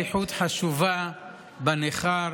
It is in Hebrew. שנמצא בשליחות חשובה בנכר